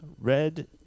Red